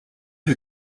who